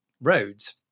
roads